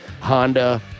Honda